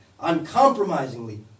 uncompromisingly